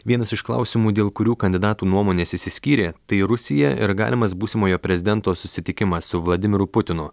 vienas iš klausimų dėl kurių kandidatų nuomonės išsiskyrė tai rusija ir galimas būsimojo prezidento susitikimas su vladimiru putinu